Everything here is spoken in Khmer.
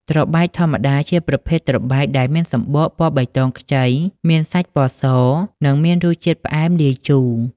ត្របែកធម្មតា ជាប្រភេទត្របែកដែលមានសំបកពណ៌បៃតងខ្ចី មានសាច់ពណ៌ស និងមានរសជាតិផ្អែមលាយជូរ។